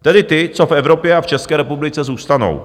Tedy ty, co v Evropě a České republice zůstanou.